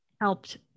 helped